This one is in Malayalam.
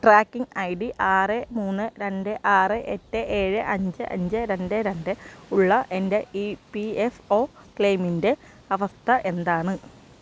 ട്രാക്കിംഗ് ഐ ഡി ആറ് മൂന്ന് രണ്ട് ആറ് എട്ട് ഏഴ് അഞ്ച് അഞ്ച് രണ്ട് രണ്ട് ഉള്ള എൻ്റെ ഇ പി എഫ് ഒ ക്ലെയിമിൻ്റെ അവസ്ഥ എന്താണ്